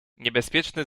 niebezpieczny